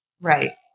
Right